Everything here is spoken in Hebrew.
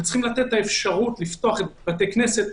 וצריכים לתת להם אפשרות לפתוח בתי כנסת.